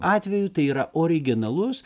atvejų tai yra originalus